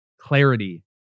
Clarity